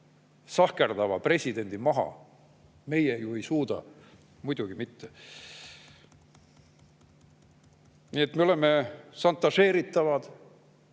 sahkerdava presidendi maha. Meie ju ei suuda, muidugi mitte. Me oleme šantažeeritavad